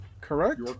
correct